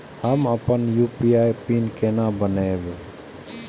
हम अपन UPI PIN केना बनैब?